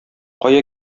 кая